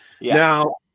Now